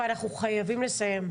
ואנחנו חייבים לסיים.